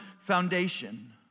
foundation